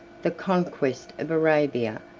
the conquest of arabia,